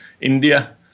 India